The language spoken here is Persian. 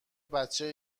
بچه